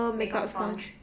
makeup sponge